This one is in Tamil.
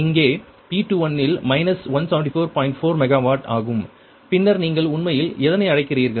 4 மெகாவாட் ஆகும் பின்னர் நீங்கள் உண்மையில் எதனை அழைக்கிறீர்கள்